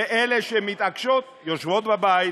ואלה שמתעקשות יושבות בבית